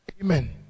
amen